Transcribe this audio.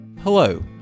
Hello